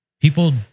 people